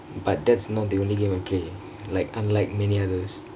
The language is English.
but that's not the only game I play like unlike many others